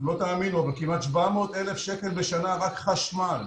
לא תאמינו, אבל כמעט 700,000 שקל בשנה רק חשמל.